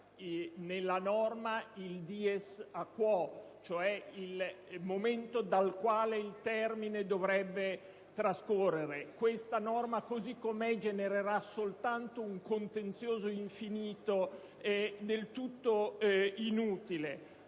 nella norma manca il *dies a quo*, cioè il momento dal quale il termine dovrebbe decorrere. Tale norma, così com'è, genererà soltanto un contenzioso infinito e facilmente evitabile.